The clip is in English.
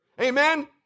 Amen